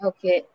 Okay